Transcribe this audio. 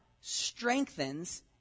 strengthens